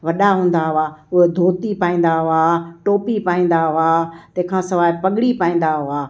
वॾा हूंदा हुआ उहे धोती पाईंदा हुआ टोपी पाईंदा हुआ तंहिंखां सवाइ पगड़ी पाईंदा हुआ